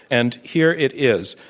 and here it is.